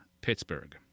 Pittsburgh